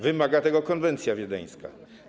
Wymaga tego konwencja wiedeńska.